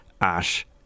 Ash